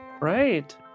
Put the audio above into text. right